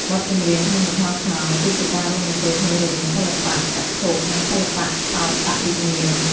បទចម្រៀងក្នុងល្ខោនខោលគឺជាការរួមបញ្ចូលគ្នារវាងសិល្បៈចក្ខុ និងសិល្បៈសោតវិញ្ញាណ។